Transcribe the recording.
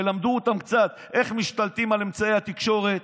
תלמדו אותם קצת איך משתלטים על אמצעי התקשורת,